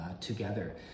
together